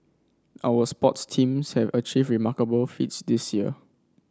our sports teams have achieved remarkable feats this year